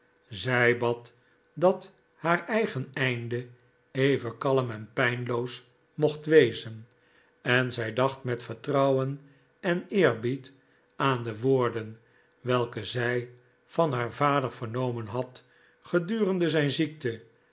zij bad dat haar eigen einde even kalm en pijnloos mocht wezen en zij dacht met vertrouwen en eerbied aan de woorden welke zij van haar vader vernomen had gedurende zijn ziekte